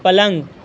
پلنگ